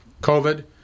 COVID